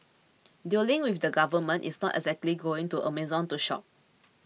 dealing with the Government is not exactly going to Amazon to shop